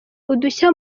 udushya